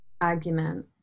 argument